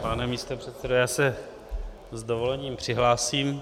Pane místopředsedo, já se s dovolením přihlásím.